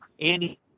Andy